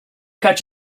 catch